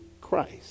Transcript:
Christ